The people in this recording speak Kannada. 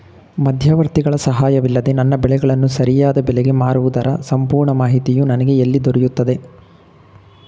ಮಧ್ಯವರ್ತಿಗಳ ಸಹಾಯವಿಲ್ಲದೆ ನನ್ನ ಬೆಳೆಗಳನ್ನು ಸರಿಯಾದ ಬೆಲೆಗೆ ಮಾರುವುದರ ಸಂಪೂರ್ಣ ಮಾಹಿತಿಯು ನನಗೆ ಎಲ್ಲಿ ದೊರೆಯುತ್ತದೆ?